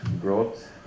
growth